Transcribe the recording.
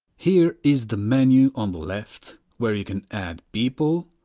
here is the menu on the left where you can add people,